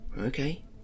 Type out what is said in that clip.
Okay